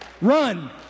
Run